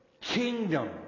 kingdom